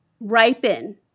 ripen